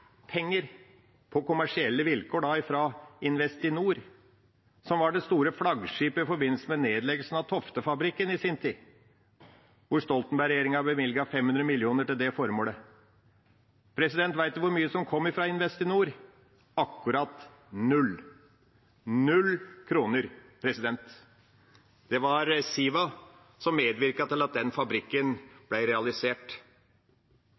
på kommersielle vilkår fra Investinor, som var det store flaggskipet i forbindelse med nedleggelsen av Tofte-fabrikken i sin tid, da Stoltenberg-regjeringa bevilget 500 mill. kr til det formålet. Vet presidenten hvor mye som kom fra Investinor? Akkurat null – null kroner. Det var Siva som medvirket til at den